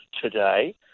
today